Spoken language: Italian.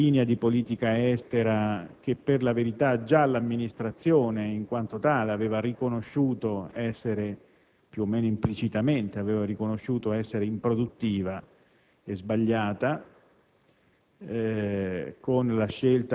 che ha bocciato una linea di politica estera che, per la verità, già l'Amministrazione in quanto tale aveva riconosciuto, più o meno implicitamente, essere improduttiva e sbagliata